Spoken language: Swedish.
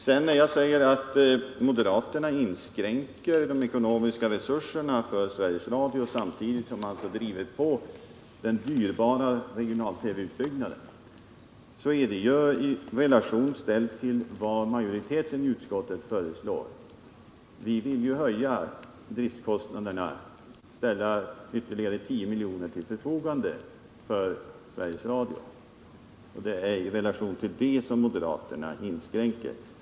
Jag sade vidare att moderaterna inskränker de ekonomiska resurserna för Sveriges Radio samtidigt som man driver på den dyrbara regional-TV utbyggnaden. Detta gäller i relation till vad utskottsmajoriteten föreslår. Vi vill ställa ytterligare 10 milj.kr. i anslag till driftkostnader till Sveriges Radios förfogande, och det är i förhållande till detta som moderaterna vill göra inskränkningar.